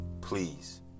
Please